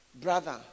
brother